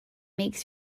makes